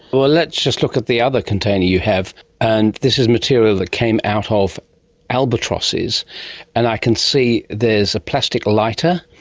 but well let's just look at the other container you have and this is material that came out of albatrosses and i can see there's a plastic lighter,